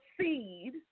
seed